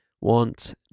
want